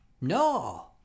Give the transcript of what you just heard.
No